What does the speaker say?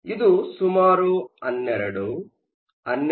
ಆದ್ದರಿಂದ ಇದು ಸುಮಾರು 12 12